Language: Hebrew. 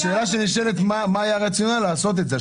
שנשאלת היא מה היה הרציונל לעשות את זה.